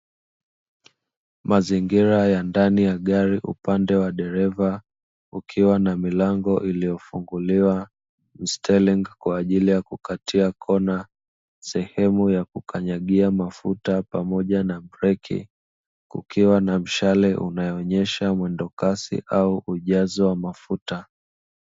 Mazingira ya ndani ya gari upande wa dereva ukiwa na milango iliyofunguliwa stelingi kwa ajili ya kukatia kona, sehemu ya kukanyagia mafuta pamoja na breki, kukiwa na mshale unaonyesha mwendokasi au ujazo wa mafuta.